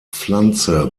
pflanze